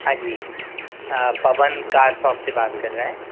हाँ जी Pawan car shop से बात कर रहें हैं